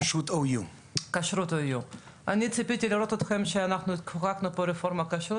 כשרות OU. אני ציפיתי לראות אתכם כשחוקקנו פה את הרפורמה בכשרות,